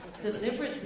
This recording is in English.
deliberately